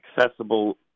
accessible